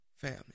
family